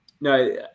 no